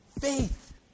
faith